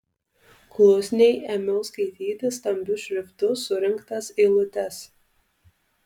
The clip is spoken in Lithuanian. klusniai ėmiau skaityti stambiu šriftu surinktas eilutes